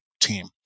team